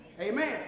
Amen